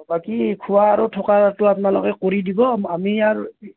অঁ বাকী খোৱা আৰু থকাটো আপোনালোকে কৰি দিব আমি আৰু